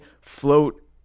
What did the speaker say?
Float